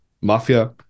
mafia